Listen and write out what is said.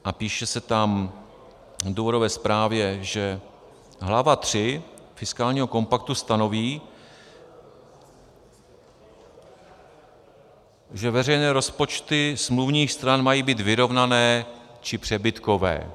A v důvodové zprávě se píše: Hlava III fiskálního kompaktu stanoví, že veřejné rozpočty smluvních stran mají být vyrovnané či přebytkové.